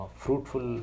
fruitful